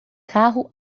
carro